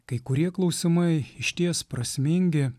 kai kurie klausimai išties prasmingi